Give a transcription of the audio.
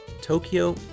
Tokyo